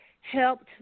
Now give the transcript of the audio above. helped